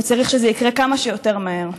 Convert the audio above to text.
וצריך שזה יקרה כמה שיותר מהר.